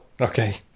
okay